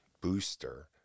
booster